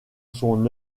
son